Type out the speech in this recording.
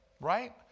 right